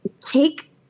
take